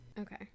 Okay